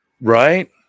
Right